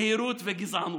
יהירות וגזענות.